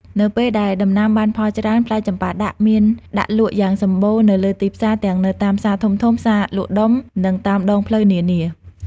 នៅពេលដែលដំណាំបានផលច្រើន ផ្លែចម្ប៉ាដាក់មានដាក់លក់យ៉ាងសម្បូរនៅលើទីផ្សារ ទាំងនៅតាមផ្សារធំៗ ផ្សារលក់ដុំ និងតាមដងផ្លូវនានា។